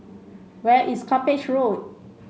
where is Cuppage Road